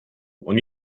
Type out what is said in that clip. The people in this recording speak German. und